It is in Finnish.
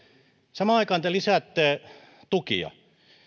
samaan aikaan te lisäätte tukia